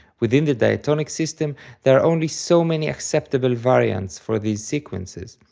within the diatonic system there are only so many acceptable variants for these sequences,